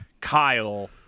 Kyle